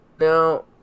Now